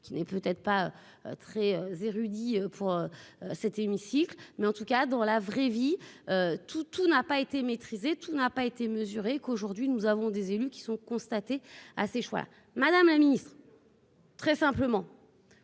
qui n'est peut-être pas très érudit pour cet hémicycle mais en tout cas dans la vraie vie, tout, tout n'a pas été maîtrisée, tout n'a pas été mesuré qu'aujourd'hui nous avons des élus qui sont constatés à ses choix, madame la ministre. Très simplement.